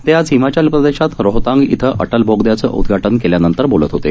ते आज हिमाचल प्रदेशात रोहतांग इथं अटल बोगद्याचं उदघाटन केल्यानंतर बोलत होते